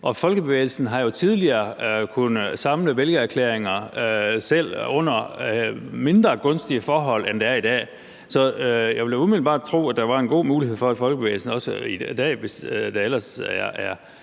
Folkebevægelsen har jo tidligere kunnet samle vælgererklæringer selv under mindre gunstige forhold, end der er i dag. Så jeg ville da umiddelbart tro, at der var en god mulighed for, at Folkebevægelsen også i dag, hvis der ellers er